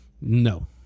No